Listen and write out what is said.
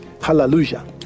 Hallelujah